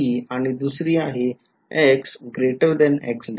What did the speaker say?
एक आहे ही आणि दुसरी ही